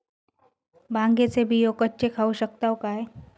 भांगे चे बियो कच्चे खाऊ शकताव काय?